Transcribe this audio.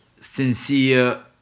sincere